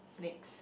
mix